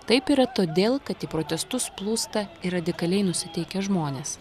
taip yra todėl kad į protestus plūsta ir radikaliai nusiteikę žmonės